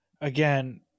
again